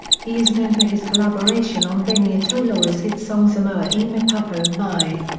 he is known for his collaboration on vaniah toloa's hit song samoa e mapoopo mai.